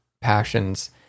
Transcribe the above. passions